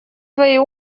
своей